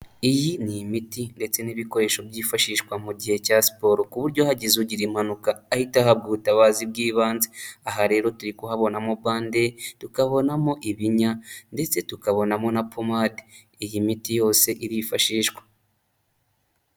Iyi ni imiti ndetse n'ibikoresho byifashishwa mu gihe cya siporo, ku buryo hagize ugira impanuka ahita ahabwa ubutabazi bw'ibanze, aha rero turi kuhabonamo bande, tukabonamo ibinya ndetse tukabonamo na pomade, iyi miti yose irifashishwa.